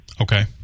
Okay